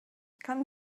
kann